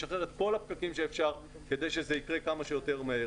לשחרר את כל הפקקים שאפשר כדי שזה יקרה כמה שיותר מהר